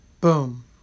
boom